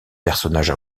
personnage